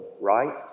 right